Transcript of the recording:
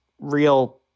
real